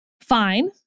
fine